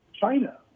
China